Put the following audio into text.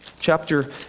chapter